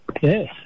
Yes